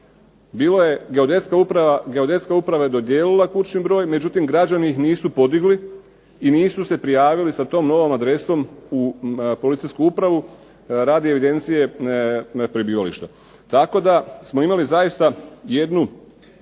nisu htjeli ni podići. Geodetska uprava je dodijelila kućni broj, međutim, građani nisu podigli i nisu se prijavili sa tom novom adresom u policijsku upravu radi evidencije prebivališta. Tako da smo imali zaista jednu